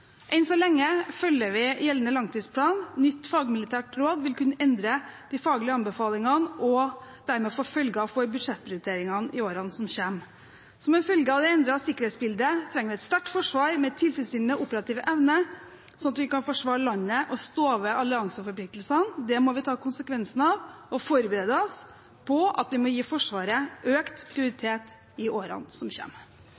Enn så lenge følger vi gjeldende langtidsplan. Nytt fagmilitært råd vil kunne endre de faglige anbefalingene og dermed få følger for budsjettprioriteringene i årene som kommer. Som en følge av det endrede sikkerhetsbildet trenger vi et sterkt forsvar med en tilfredsstillende operativ evne, sånn at vi kan forsvare landet og stå ved allianseforpliktelsene. Det må vi ta konsekvensen av, og forberede oss på at vi må gi Forsvaret økt